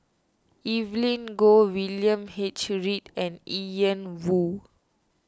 Evelyn Goh William H Read and Ian Woo